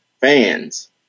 fans